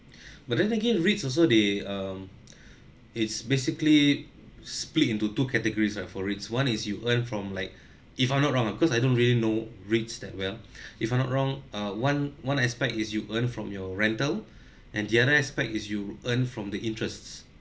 but then again REITs also they um it's basically split into two categories ah for REITs one is you earn from like if I'm not wrong lah cause I don't really know REITs that well if I'm not wrong uh one one aspect is you earn from your rental and the other aspect is you earn from the interests